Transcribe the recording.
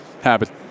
habit